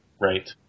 Right